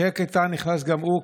אחי הקטן נכנס גם הוא,